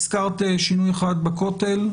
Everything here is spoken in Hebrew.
הזכרת שינוי אחד בכותל.